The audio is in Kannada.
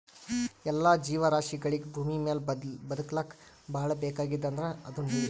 ಎಲ್ಲಾ ಜೀವರಾಶಿಗಳಿಗ್ ಭೂಮಿಮ್ಯಾಲ್ ಬದಕ್ಲಕ್ ಭಾಳ್ ಬೇಕಾಗಿದ್ದ್ ಅಂದ್ರ ಅದು ನೀರ್